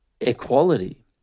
equality